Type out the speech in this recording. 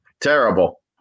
Terrible